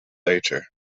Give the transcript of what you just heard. later